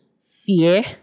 fear